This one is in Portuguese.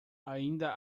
ainda